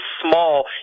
small